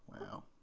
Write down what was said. Wow